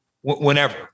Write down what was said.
whenever